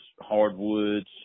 hardwoods